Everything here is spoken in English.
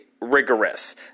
rigorous